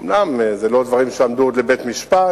אומנם זה לא דברים שעמדו כבר בבית-משפט,